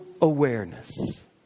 awareness